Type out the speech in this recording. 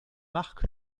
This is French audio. marc